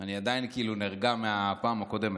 אני עדיין כאילו נרגע מהפעם הקודמת,